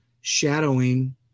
shadowing